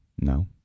no